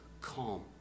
calm